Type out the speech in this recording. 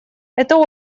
это